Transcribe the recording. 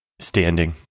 standing